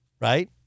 right